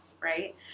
right